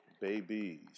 Babies